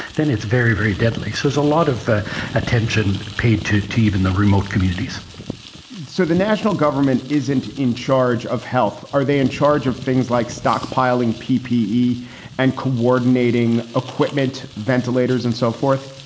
then it's very, very deadly. so is a lot of attention paid to to even the remote communities so the national government isn't in charge of health. are they in charge of things like stockpiling ppe and coordinating equipment, ventilators and so forth?